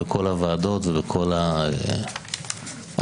וכל הוועדות, וכל ההחלטות.